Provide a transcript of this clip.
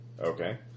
okay